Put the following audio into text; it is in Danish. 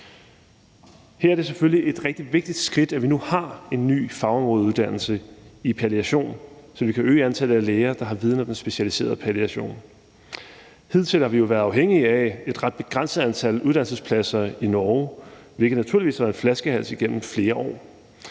Det er selvfølgelig et rigtig vigtigt skridt, at vi nu har en ny fagområdeuddannelse i palliation, så vi kan øge antallet af læger, der har viden om den specialiserede palliation. Hidtil har vi jo været afhængige af et ret begrænset antal uddannelsespladser i Norge, hvilket naturligvis har været en flaskehals igennem flere år.